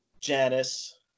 janice